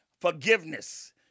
forgiveness